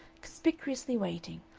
conspicuously waiting,